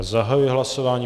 Zahajuji hlasování.